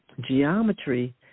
Geometry